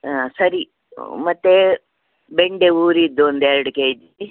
ಹಾಂ ಸರಿ ಮತ್ತು ಬೆಂಡೆ ಊರಿದ್ದೊಂದು ಎರಡು ಕೆ ಜಿ